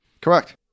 Correct